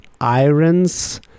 irons